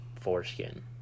foreskin